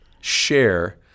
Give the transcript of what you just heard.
share